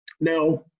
Now